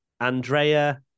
Andrea